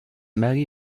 mary